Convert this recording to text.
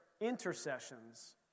intercessions